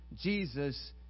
Jesus